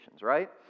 right